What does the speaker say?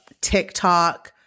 TikTok